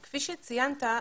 כפי שציינת,